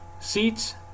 seats